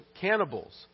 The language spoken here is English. cannibals